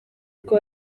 kuko